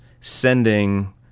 sending